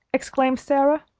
exclaimed sara.